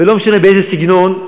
ולא משנה באיזה סגנון,